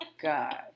God